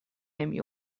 نمی